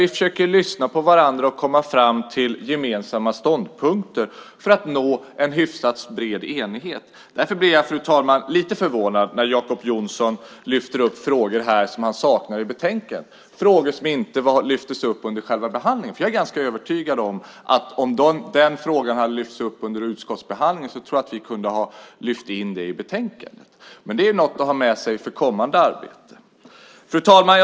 Vi försöker lyssna på varandra och komma fram till gemensamma ståndpunkter för att nå en hyfsat bred enighet. Jag blev därför lite förvånad när Jacob Johnson lyfte upp frågor som han saknar i utlåtandet. Det var frågor som inte lyftes upp under behandlingen. Jag är ganska övertygad om att om frågan hade tagits upp under utskottsbehandlingen hade vi kunnat lyfta in den i utlåtandet. Det är något att ha med sig för kommande arbete. Fru talman!